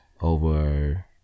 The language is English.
Over